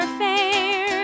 fair